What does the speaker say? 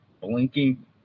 blinking